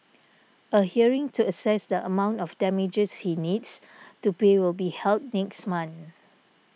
a hearing to assess the amount of damages he needs to pay will be held next month